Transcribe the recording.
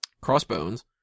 Crossbones